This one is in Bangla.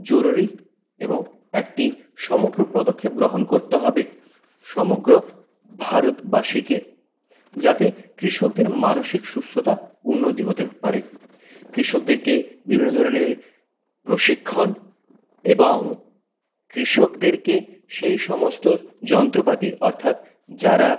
জরুরি এবং একটি সমগ্র পদক্ষেপ গ্রহণ করতে হবে সমগ্র ভারতবাসীকে যাতে কৃষকদের মানসিক সুস্থতা উন্নতি হতে পারে কৃষকদেরকে বিভিন্ন ধরনের প্রশিক্ষণ এবং কৃষকদেরকে সেই সমস্ত যন্ত্রপাতি অর্থাৎ যারা